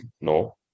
No